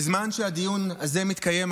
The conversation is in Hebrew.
בזמן שהדיון הזה מתקיים,